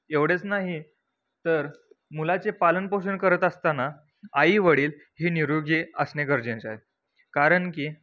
एवढेच नाही तर मुलाचे पालनपोषण करत असताना आई वडील हे निरोगी असणे गरजेचे आहे कारण की